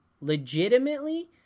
legitimately